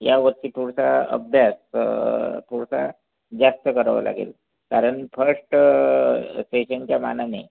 यावर्षी पुढचा अभ्यास थोडासा जास्त करावा लागेल कारण फश्ट सेशनच्या मानाने